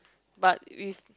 but with